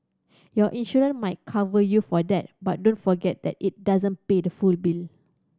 your insurance might cover you for that but don't forget that it doesn't pay the full bill